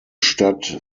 stadt